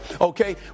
okay